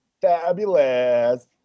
fabulous